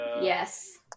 Yes